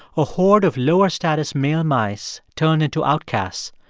a horde of lower status male mice turned into outcasts,